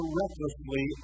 recklessly